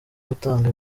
gutanga